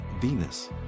Venus